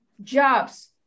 jobs